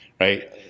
Right